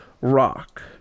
rock